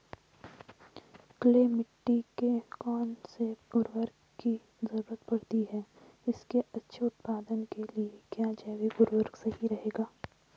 Clay मिट्टी में कौन से उर्वरक की जरूरत पड़ती है इसके अच्छे उत्पादन के लिए क्या जैविक उर्वरक सही रहेगा?